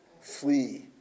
flee